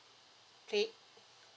plate